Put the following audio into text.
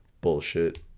bullshit